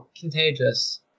contagious